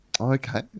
Okay